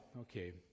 okay